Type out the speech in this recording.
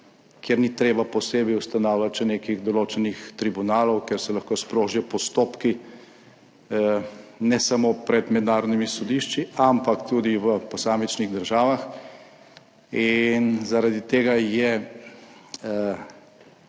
kjer ni treba posebej ustanavljati še nekih določenih tribunalov, kjer se lahko sprožijo postopki ne samo pred mednarodnimi sodišči, ampak tudi v posamičnih državah. In zaradi tega je